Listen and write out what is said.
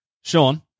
Sean